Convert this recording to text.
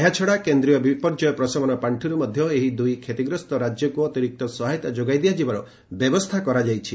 ଏହାଛଡ଼ା କେନ୍ଦ୍ରୀୟ ବିପର୍ଯ୍ୟୟ ପ୍ରଶମନ ପାର୍ଷିର୍ ମଧ୍ୟ ଏହି ଦୂଇ କ୍ଷତିଗ୍ରସ୍ତ ରାଜ୍ୟକ୍ ଅତିରିକ୍ତ ସହାୟତା ଯୋଗାଇ ଦିଆଯିବାର ବ୍ୟବସ୍ଥା କରାଯାଇଛି